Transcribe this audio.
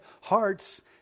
hearts